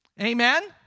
Amen